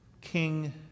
king